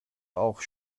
auch